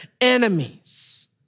enemies